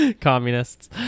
communists